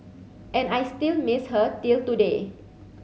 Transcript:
and I still miss her till today